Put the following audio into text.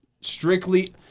strictly